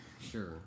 Sure